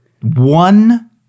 one